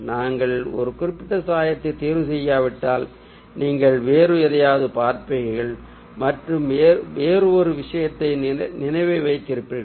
நாங்கள் ஒரு குறிப்பிட்ட சாயத்தை தேர்வுசெய்யாவிட்டால் நீங்கள் வேறு எதையாவது பார்ப்பீர்கள் மற்றும் வேறு ஒரு விஷயத்தின் நினைவை வைத்திருப்பீர்கள்